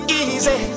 easy